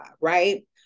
right